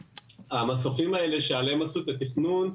המסופים האלה שעליהם עשו את התכנון,